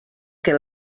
que